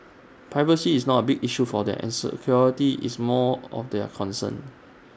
privacy is not A big issue for them an security is more of their concern